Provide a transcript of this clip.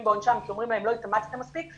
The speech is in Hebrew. בעונשם כי אומרים להם: לא התאמצתם מספיק,